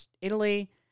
Italy